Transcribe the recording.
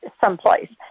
someplace